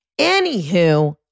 Anywho